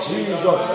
Jesus